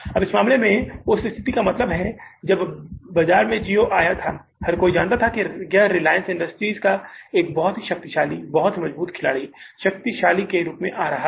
अब इस मामले में उस स्थिति का मतलब है जब बाजार में Jio आया था हर कोई जानता था कि यह रिलायंस इंडस्ट्रीज एक बहुत शक्तिशाली बहुत मजबूत खिलाड़ी शक्तिशाली के रूप में आ रहा है